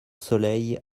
soleil